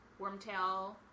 Wormtail